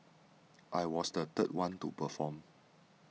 I was the third one to perform